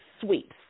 sweeps